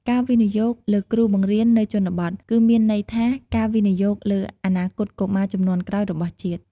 ការវិនិយោគលើគ្រូបង្រៀននៅជនបទ គឺមានន័យថាការវិនិយោគលើអនាគតកុមារជំនាន់ក្រោយរបស់ជាតិ។